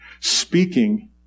speaking